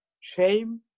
shame